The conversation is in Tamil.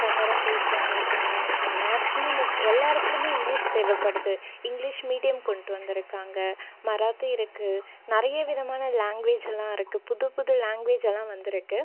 கன்னடம் பேசுகிறவங்க இருகாங்க மேக்ஸிமம் எல்லாம் இடத்துலேயுமே இங்கிலீஷ் தேவைப்படுது இங்கிலீஷ் மீடியம் கொண்டு வந்திருக்காங்க மராத்தி இருக்குது நிறைய விதமான லாங்க்வேஜெல்லாம் இருக்குது புது புது லாங்க்வேஜெல்லாம் வந்துருக்குது